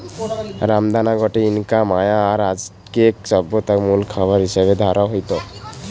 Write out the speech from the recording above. রামদানা গটে Inca, Maya আর অ্যাজটেক সভ্যতারে মুল খাবার হিসাবে ধরা হইত